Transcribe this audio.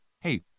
Hey